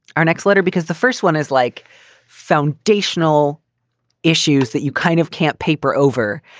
our next letter, because the first one is like foundational issues that you kind of can't paper over.